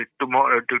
tomorrow